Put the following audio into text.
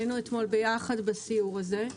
היינו אתמול ביחד בסיור הזה.